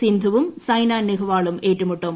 സിന്ധുവും സൈന നെഹ്വാളും ഏറ്റുമുട്ടും